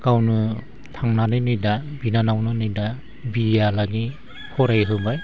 गावनो थांनानै नै दा बिनानावनो नै दा बिए हालागै फरायहोबाय